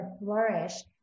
flourish